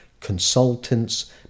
consultants